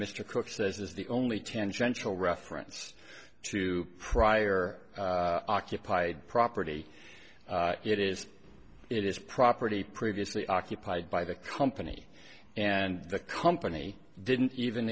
mr cooke says is the only tangential reference to prior occupied property it is it is property previously occupied by the company and the company didn't even